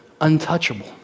untouchable